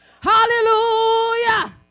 Hallelujah